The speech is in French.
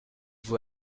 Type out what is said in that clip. vous